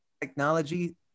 technology